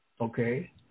Okay